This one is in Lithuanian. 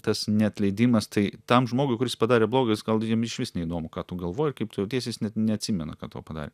tas neatleidimas tai tam žmogui kuris padarė bloga jis gal jam išvis neįdomu ką tu galvoji kaip tu jauties jis net neatsimena ką tau padarė